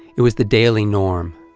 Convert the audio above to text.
it was the daily norm.